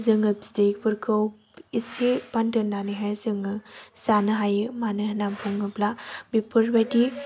जोङो बिदैफोरखौ एसे बाद दोननानैहाय जोङो जानो हायो मानो होनना बुङोब्ला बेफोरबायदि